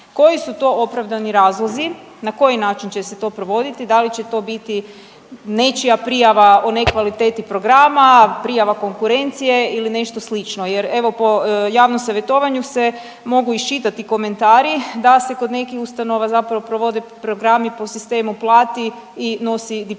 Koji su to opravdani razlozi? Na koji način će se to provoditi? Da li će to biti nečija prijava o nekvaliteti programa, prijava konkurencije ili nešto slično, jer evo, po javnom savjetovanju se mogu iščitati komentari da se kod nekih ustanova zapravo provode programi po sistemu plati i nosi diplomu,